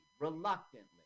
reluctantly